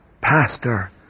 pastor